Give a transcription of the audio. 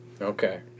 Okay